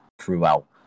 throughout